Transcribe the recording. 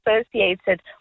associated